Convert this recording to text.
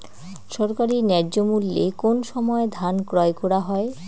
সরকারি ন্যায্য মূল্যে কোন সময় ধান ক্রয় করা হয়?